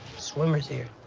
swimmer's ear?